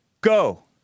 go